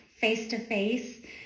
face-to-face